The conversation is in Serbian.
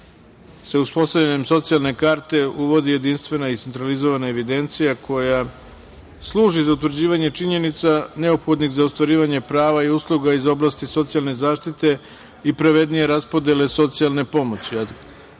se uspostavljanjem socijalne karte uvodi jedinstvena i centralizovana evidencija koja služi za utvrđivanje činjenica neophodnih za ostvarivanje prava i usluga iz oblasti socijalne zaštite i pravednije raspodele socijalne